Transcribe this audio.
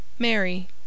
Mary